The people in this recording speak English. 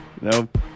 Nope